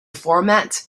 format